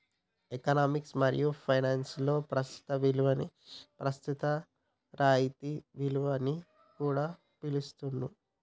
economics మరియు finance లలో ప్రస్తుత విలువని ప్రస్తుత రాయితీ విలువ అని కూడా పిలుత్తాండ్రు